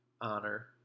honor